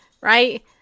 right